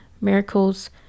miracles